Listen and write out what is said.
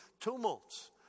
Tumults